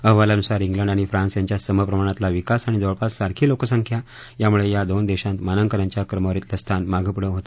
अहवालानुसार स्लिड आणि फ्रान्स यांच्यात सम प्रमाणातला विकास आणि जवळपास सारखी लोकसंख्या यामुळे या दोन देशांत मानांकनाच्या क्रमवारीतलं स्थान मागे पुढे होत असते